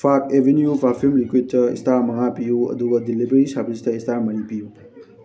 park Avenue perfume ꯂꯤꯀ꯭ꯋꯤꯠꯇ star ꯃꯉꯥ ꯄꯤꯌꯨ ꯑꯗꯨꯒ ꯗꯤꯂꯤꯕꯔꯤ ꯁꯥꯔꯕꯤꯁꯇ ꯏꯁꯇꯥꯔ ꯃꯔꯤ ꯄꯤꯌꯨ